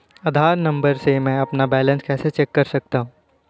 आधार number से मैं अपना बैलेंस कैसे देख सकता हूँ?